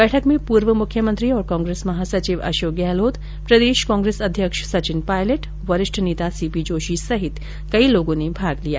बैठक में पूर्व मुख्यमंत्री और कांग्रेस महासचिव अशोक गहलोत प्रदेश कांग्रेस अध्यक्ष सचिन पायलट वरिष्ठ नेता सीपी जोशी सहित कई लोगों ने भाग लिया